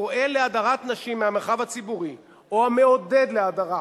הפועל להדרת נשים מהמרחב הציבורי או המעודד להדרה